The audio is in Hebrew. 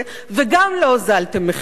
וגם לא הוזלתם מחירים.